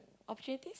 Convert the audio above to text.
opportunities